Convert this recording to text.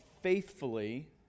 faithfully